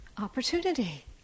opportunity